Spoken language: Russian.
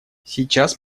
сейчас